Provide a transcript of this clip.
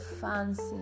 fancy